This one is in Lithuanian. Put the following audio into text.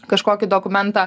kažkokį dokumentą